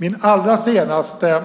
Min allra senaste